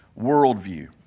worldview